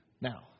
Now